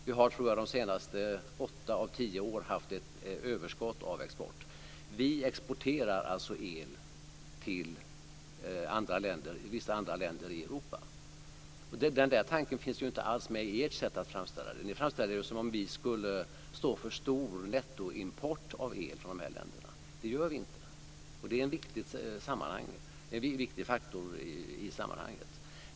Under åtta av de senaste tio åren har vi haft ett överskott av export. Vi exporterar alltså el till vissa andra länder i Europa. Den tanken finns ju inte med i ert sätt att framställa det hela. Ni framställer det som att vi skulle stå för en stor nettoexport av el från dessa länder. Det gör vi inte, och det är en viktig faktor i sammanhanget.